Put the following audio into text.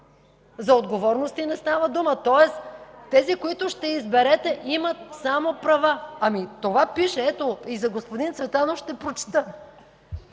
За отговорности не става дума. Тоест, тези, които ще изберете, имат само права. (Реплики от ГЕРБ.) Ами, това пише! Ето, и за господин Цветанов ще прочета: